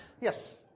Yes